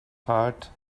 heart